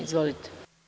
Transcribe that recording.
Izvolite.